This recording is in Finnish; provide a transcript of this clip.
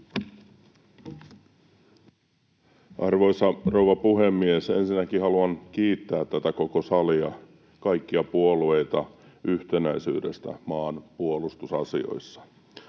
Arvoisa rouva puhemies! Ensinnäkin haluan kiittää tätä koko salia, kaikkia puolueita, yhtenäisyydestä maan puolustusasioissa.